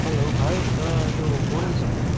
hello भाइ यो बोनिज होइन